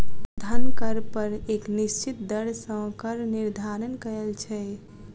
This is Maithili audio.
धन कर पर एक निश्चित दर सॅ कर निर्धारण कयल छै